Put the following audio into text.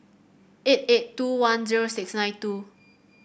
eight eight two one zero six nine two